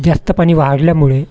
जास्त पाणी वाढल्यामुळे